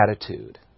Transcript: attitude